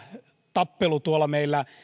tappelu meillä